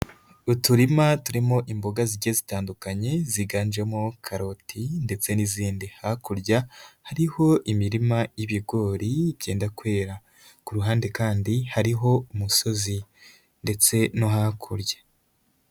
Uturima turimo imboga zigiye zitandukanye ziganjemo karoti ndetse n'izindi, hakurya hariho imirima ibigori byenda kwera, ku ruhande kandi hariho umusozi ndetse no hakurya.